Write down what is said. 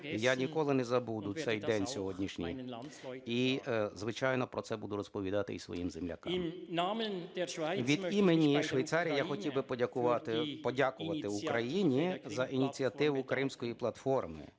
Я ніколи не забуду цей день сьогоднішній і, звичайно, про це буду розповідати і своїм землякам. Від імені Швейцарії я хотів би подякувати Україні за ініціативу Кримської платформи,